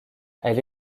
elle